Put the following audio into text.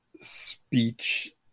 Speech